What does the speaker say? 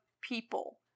people